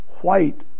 white